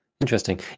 Interesting